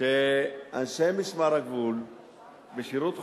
שאנשי משמר הגבול בשירות חובה,